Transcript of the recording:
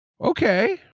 Okay